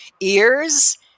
ears